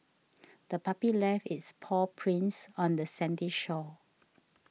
the puppy left its paw prints on the sandy shore